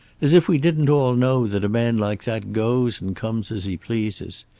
as if we didn't all know that a man like that goes and comes as he pleases.